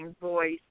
voice